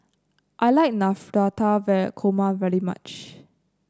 I like Navratan Korma very much